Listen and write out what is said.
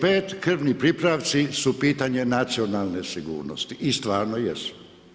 5. krvni pripravci su pitanje nacionalne sigurnosti i stvarno jesu.